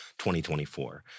2024